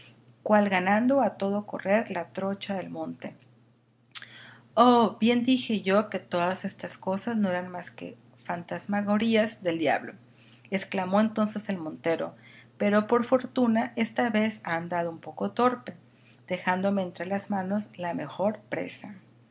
cuál ganando a todo correr la trocha del monte oh bien dije yo que todas estas cosas no eran más que fantasmagorías del diablo exclamó entonces el montero pero por fortuna esta vez ha andado un poco torpe dejándome entre las manos la mejor presa